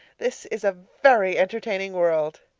this is a very entertaining world.